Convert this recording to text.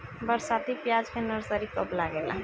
बरसाती प्याज के नर्सरी कब लागेला?